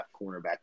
cornerback